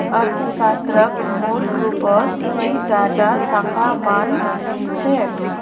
अर्थशास्त्रक मूल रूपस दी टा शाखा मा न छेक